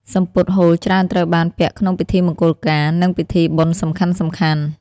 សំពត់ហូលច្រើនត្រូវបានពាក់ក្នុងពិធីមង្គលការ និងពិធីបុណ្យសំខាន់ៗ។